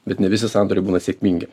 bet ne visi sandoriai būna sėkmingi